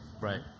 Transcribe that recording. Right